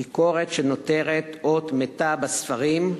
ביקורת שנותרת אות מתה בספרים,